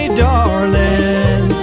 darling